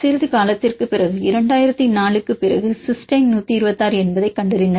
சிறிது காலத்திற்கு பிறகு 2004 க்குப் பிறகு சிஸ்டைன் 126 என்பதை கண்டறிந்தனர்